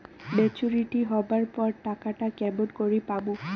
Maturity হবার পর টাকাটা কেমন করি পামু?